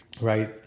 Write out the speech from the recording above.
right